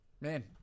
Man